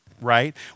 right